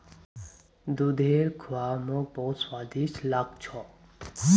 दूधेर खुआ मोक बहुत स्वादिष्ट लाग छ